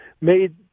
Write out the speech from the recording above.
made